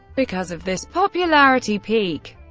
because of this popularity peak,